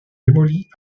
démolie